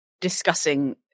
discussing